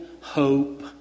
hope